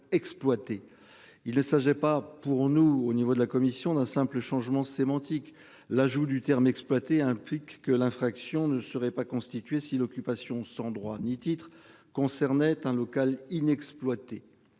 est ça j'ai pas, pour nous au niveau de la commission d'un simple changement sémantique l'ajout du terme exploiter implique que l'infraction ne serait pas constituer si l'occupation sans droit ni titre concernait un local inexploité.